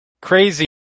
crazy